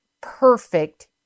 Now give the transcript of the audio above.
perfect